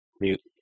Mute